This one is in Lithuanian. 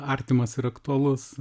artimas ir aktualus